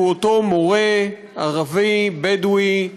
הוא אותו מורה ערבי בדואי,